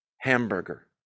hamburger